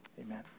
amen